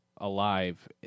alive